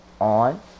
on